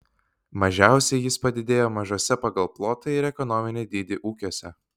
mažiausiai jis padidėjo mažuose pagal plotą ir ekonominį dydį ūkiuose